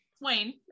Wayne